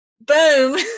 boom